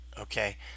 Okay